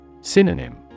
Synonym